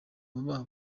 baba